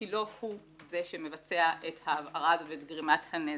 כי לא הוא זה שמבצע את ההבערה וגרימת הנזק.